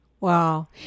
Wow